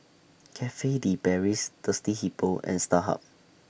Cafe De Paris Thirsty Hippo and Starhub